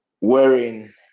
wearing